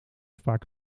vaak